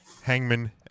Hangman